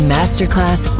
Masterclass